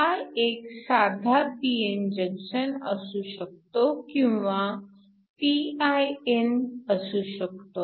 हा एक साधा p n जंक्शन असू शकतो किंवा pin असू शकतो